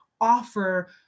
offer